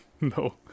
No